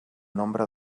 nombre